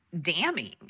damning